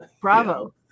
Bravo